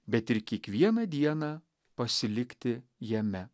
bet ir kiekvieną dieną pasilikti jame